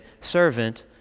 servant